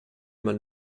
man